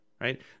right